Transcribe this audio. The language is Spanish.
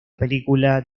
película